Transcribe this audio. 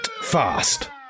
fast